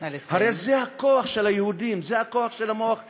הרי זה הכוח של היהודים, זה הכוח של המוח היהודי,